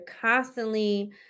constantly